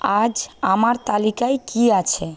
আজ আমার তালিকায় কি আছে